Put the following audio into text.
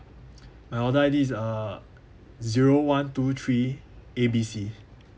my order I_D is uh zero one two three A B C